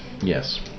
Yes